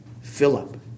Philip